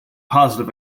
positive